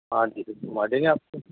ہاں جی سر گُھما دیں گے آپ کو